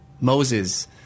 Moses